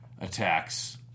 attacks